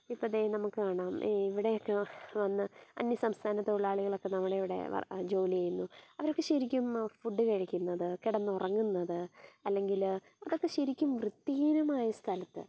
ഇപ്പം ദേ നമുക്ക് കാണാം ഇവിടേക്ക് വന്ന അന്യസംസ്ഥാന തൊഴിലാളികളൊക്കെ നമ്മുടെ ഇവിടെ ജോലി ചെയ്യുന്നു അവരൊക്കെ ശരിക്കും ഫുഡ് കഴിക്കുന്നത് കിടന്ന് ഉറങ്ങുന്നത് അല്ലെങ്കിൽ അതൊക്കെ ശരിക്കും വൃത്തിഹീനമായ സ്ഥലത്ത്